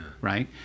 right